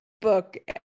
book